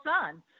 son